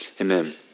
amen